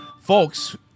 folks